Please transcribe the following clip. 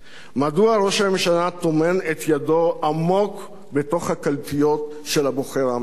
מדוע ראש הממשלה טומן את ידו עמוק בתוך הקלפיות של הבוחר האמריקני?